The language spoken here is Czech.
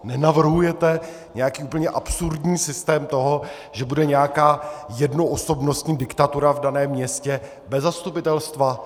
Nenavrhujete nějaký úplně absurdní systém toho, že bude nějaká jednoosobnostní diktatura v daném městě bez zastupitelstva?